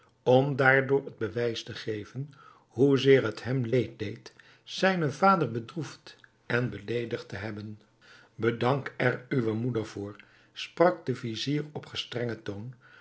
om daardoor het bewijs te geven hoezeer het hem leed deed zijnen vader bedroefd en beleedigd te hebben bedank er uwe moeder voor sprak de vizier op gestrengen toon